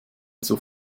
zur